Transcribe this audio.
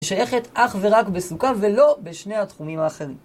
שייכת אך ורק בסוכה ולא בשני התחומים האחרים.